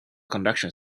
conduction